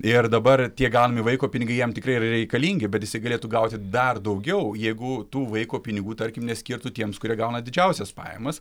ir dabar tie gaunami vaiko pinigai jam tikrai yra reikalingi bet jisai galėtų gauti dar daugiau jeigu tų vaiko pinigų tarkim neskirtų tiems kurie gauna didžiausias pajamas